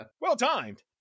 well-timed